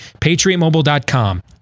patriotmobile.com